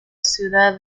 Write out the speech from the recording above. ciudad